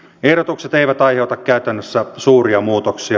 ehdotukset eivät aiheuta käytännössä suuria muutoksia